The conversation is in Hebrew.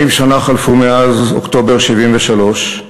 40 שנה חלפו מאז אוקטובר 1973,